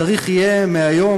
צריך יהיה מהיום,